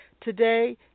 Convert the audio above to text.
today